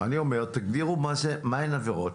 אני אומר: תגדירו מה הן העבירות,